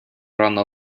рано